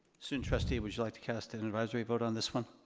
student trustee, would you like to cast an advisory vote on this one?